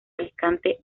alicante